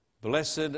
Blessed